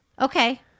Okay